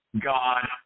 God